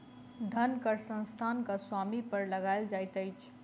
धन कर संस्थानक स्वामी पर लगायल जाइत अछि